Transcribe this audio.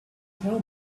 tell